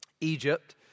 Egypt